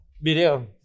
video